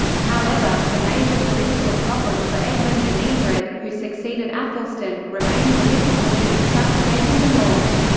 however, the major political problem for edmund and eadred, who succeeded aethelstan, remained the difficulty of subjugating the north.